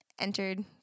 entered